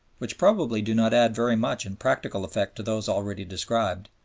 which probably do not add very much in practical effect to those already described,